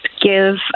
give